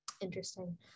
Interesting